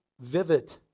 vivid